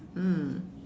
mm